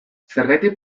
zergatik